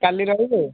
କାଲି ରହିବେ